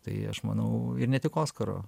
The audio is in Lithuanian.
tai aš manau ir ne tik oskaro